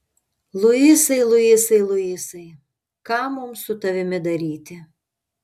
luisai luisai luisai ką mums su tavimi daryti